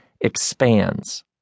expands